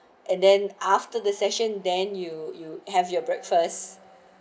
and then after the session then you you have your breakfast